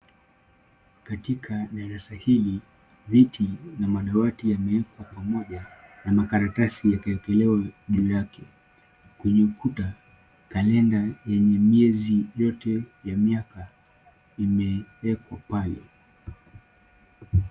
Katika darasa hili, viti na madawati yamewekwa pamoja na makaratasi yakaekelewa juu yake. Kwenye ukuta, kalenda yenye miezi yote ya miaka yamewekwa pale.